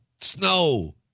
snow